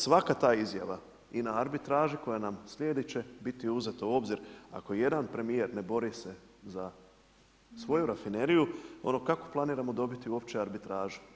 Svaka ta izjava i na arbitraži koja nam slijedi će biti uzeti u obzir ako jedan premijer ne bori se za svoju rafineriju, ono kako planiramo dobiti uopće arbitražu.